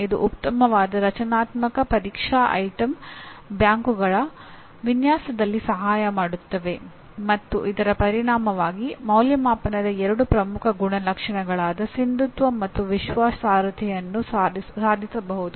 ಇದು ಉತ್ತಮವಾದ ರಚನಾತ್ಮಕ ಪರೀಕ್ಷಾ ವಸ್ತು ಸಂಗ್ರಹಗಳ ವಿನ್ಯಾಸದಲ್ಲಿ ಸಹಾಯ ಮಾಡುತ್ತದೆ ಮತ್ತು ಇದರ ಪರಿಣಾಮವಾಗಿ ಅಂದಾಜುವಿಕೆಯ ಎರಡು ಪ್ರಮುಖ ಗುಣಲಕ್ಷಣಗಳಾದ ಸಿಂಧುತ್ವ ಮತ್ತು ವಿಶ್ವಾಸಾರ್ಹತೆಯನ್ನು ಸಾಧಿಸಬಹುದು